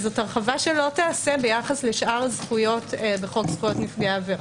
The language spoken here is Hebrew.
זו הרחבה שלא תיעשה ביחס לשאר הזכויות בחוק זכויות נפגעי עבירה.